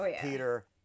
Peter